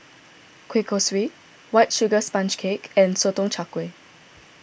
Kuih Kaswi White Sugar Sponge Cake and Sotong Char Kway